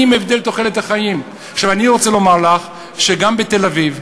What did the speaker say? אני רוצה לומר שגם בתל-אביב,